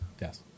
Yes